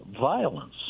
violence